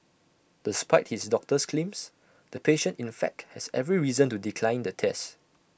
despite his doctor's claims the patient in fact has every reason to decline the test